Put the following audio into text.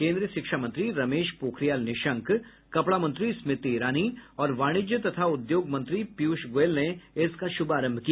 केन्द्रीय शिक्षा मंत्री रमेश पोखरियाल निशंक कपड़ा मंत्री स्मृति ईरानी और वाणिज्य तथा उद्योग मंत्री पीयूष गोयल ने इसका श्भारंभ किया